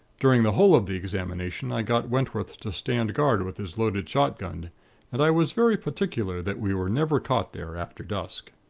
during the whole of the examination, i got wentworth to stand guard with his loaded shotgun and i was very particular that we were never caught there after dusk.